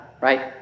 Right